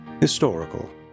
historical